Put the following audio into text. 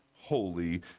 holy